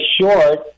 short